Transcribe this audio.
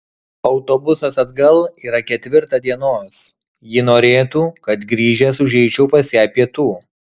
autobusas atgal yra ketvirtą dienos ji norėtų kad grįžęs užeičiau pas ją pietų